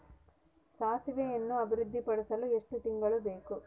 ಸಾಸಿವೆಯನ್ನು ಅಭಿವೃದ್ಧಿಪಡಿಸಲು ಎಷ್ಟು ತಿಂಗಳು ಬೇಕು?